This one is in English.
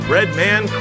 Redman